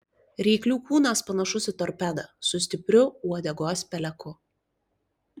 ryklių kūnas panašus į torpedą su stipriu uodegos peleku